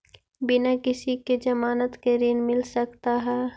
बिना किसी के ज़मानत के ऋण मिल सकता है?